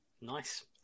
Nice